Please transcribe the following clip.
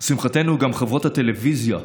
לשמחתנו, גם חברות הטלוויזיה,